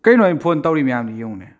ꯀꯩꯔꯤꯅꯣ ꯑꯩ ꯐꯣꯟ ꯇꯧꯔꯤ ꯃꯌꯥꯝꯗꯨ ꯌꯦꯡꯉꯨꯅꯦ